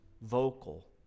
vocal